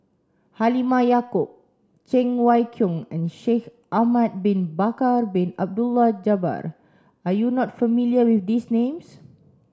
Halimah Yacob Cheng Wai Keung and Shaikh Ahmad Bin Bakar Bin Abdullah Jabbar are you not familiar with these names